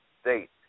state